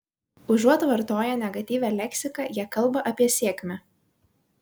užuot vartoję negatyvią leksiką jie kalba apie sėkmę